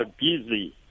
busy